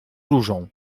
różą